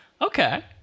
Okay